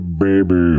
baby